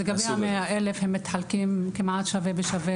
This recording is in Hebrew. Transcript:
לגבי ה-100 אלף הם מתחלקים כמעט שווה בשווה